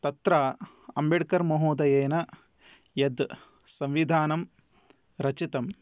तत्र अम्बेड्कर् महोदयेन यद् संविधानं रचितम्